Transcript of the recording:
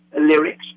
lyrics